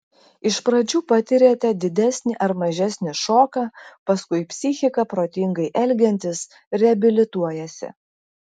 iš pradžių patiriate didesnį ar mažesnį šoką paskui psichika protingai elgiantis reabilituojasi